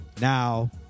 Now